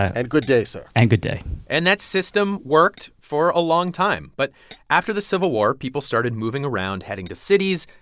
and good day, sir and good day and that system worked for a long time. but after the civil war, people started moving around, heading to cities,